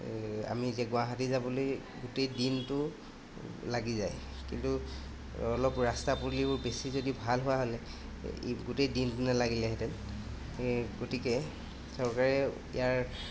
আমি এতিয়া গুৱাহাটী যাবলৈ গোটেই দিনটো লাগি যায় কিন্তু অলপ ৰাস্তা পদূলিবোৰ বেছি যদি ভাল হোৱা হ'লে গোটেই দিনটো নেলাগিলেহেঁতেন গতিকে চৰকাৰে ইয়াৰ